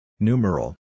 Numeral